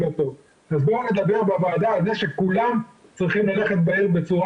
בואו נדבר בוועדה על כך שכולם צריכים ללכת בעיר בצורה